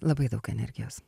labai daug energijos